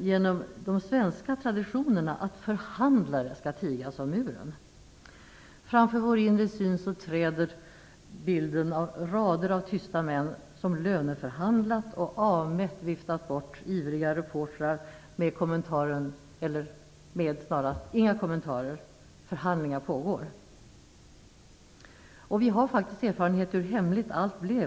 genom de svenska traditionerna att förhandlare skall tiga som muren. För vår inre syn träder fram bilden av rader av tysta män som löneförhandlat och avmätt viftat bort ivriga reportrar med orden: "Inga kommentarer. Förhandlingar pågår." Vi har erfarenhet av hur hemligt allt blev.